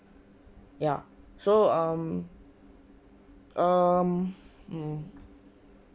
ya so um um mm